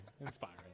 Inspiring